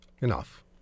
Enough